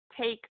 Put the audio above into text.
take